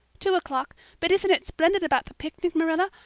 two o'clock but isn't it splendid about the picnic, marilla?